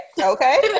okay